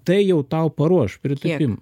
tai jau tau paruoš pritupimai